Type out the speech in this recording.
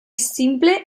simple